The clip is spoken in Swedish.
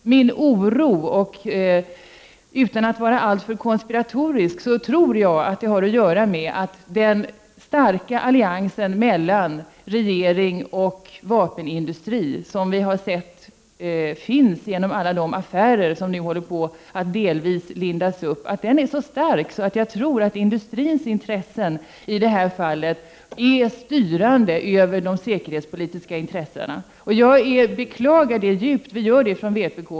Utan att vara alltför konspiratorisk vill jag tro att det har att göra med den starka alliansen mellan regering och vapenindustri. Vi har sett den i alla de affärer som nu håller på att delvis rullas upp. Den är så stark att jag tror att industrins intressen i detta fall styr de säkerhetspolitiska intressena. Jag beklagar det djupt, vi gör det från vpk.